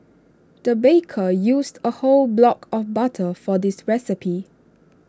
the baker used A whole block of butter for this recipe